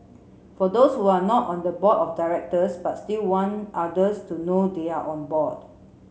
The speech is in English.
for those who are not on the board of directors but still want others to know they are on board